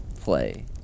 play